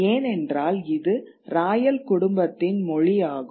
ஏனென்றால் இது ராயல் குடும்பத்தின் மொழி ஆகும்